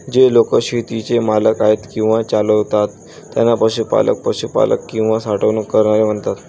जे लोक शेतीचे मालक आहेत किंवा चालवतात त्यांना पशुपालक, पशुपालक किंवा साठवणूक करणारे म्हणतात